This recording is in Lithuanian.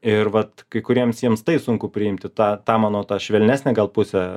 ir vat kai kuriems jiems tai sunku priimti tą tą mano tą švelnesnę gal pusę